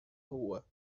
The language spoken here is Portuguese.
rua